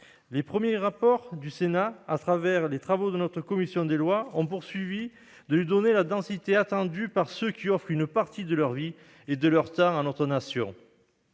Les premiers apports du Sénat, à travers les travaux de notre commission des lois, ont permis de lui donner la densité attendue par ceux qui offrent une partie de leur vie et de leur temps à notre nation.